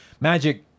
Magic